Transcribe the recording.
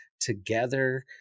together